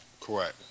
Correct